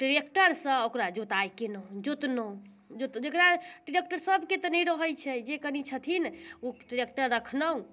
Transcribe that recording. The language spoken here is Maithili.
ट्रेक्टरसँ ओकरा जोताइ केनहुँ जोतनहुँ जे जकरा ट्रेक्टर सभके तऽ नहि रहै छै जे कनि छथिन ओ ट्रेक्टर रखनहुँ